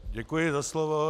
Děkuji za slovo.